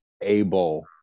able